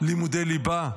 לימודי ליבה,